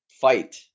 fight